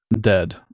Dead